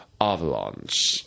avalanche